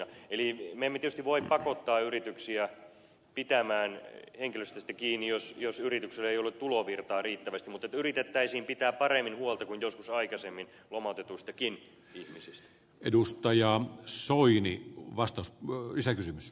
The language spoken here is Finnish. me emme tietysti voi pakottaa yrityksiä pitämään henkilöstöstä kiinni jos yrityksellä ei ole tulovirtaa riittävästi mutta yritettäisiin pitää paremmin huolta kuin joskus aikaisemmin lomautetuistakin ihmisistä edustaja on soinin vastaus juuri se kysymys